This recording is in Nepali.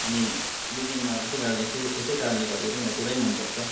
अनि यो गेम मलाई त्यसै कारण यसै यसै कारणले गर्दाखेरि चाहिँ मलाई पुरै मनपर्छ